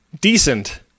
Decent